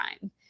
time